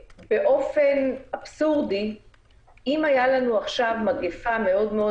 באופן אבסורדי אם הייתה לנו עכשיו מגפה מאוד מאוד